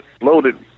loaded